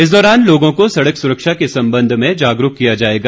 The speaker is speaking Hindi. इस दौरान लोगों को सड़क सुरक्षा के संबंध में जागरूक किया जाएगा